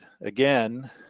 Again